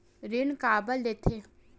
ऋण काबर लेथे?